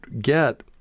get